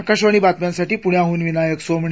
आकाशवाणी बातम्यांसाठी पुण्याहून विनायक सोमणी